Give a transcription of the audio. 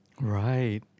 Right